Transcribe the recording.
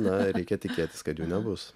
na reikia tikėtis kad jų nebus